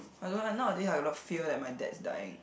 I don't know nowadays I got a lot of fear that my dad's dying